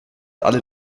alle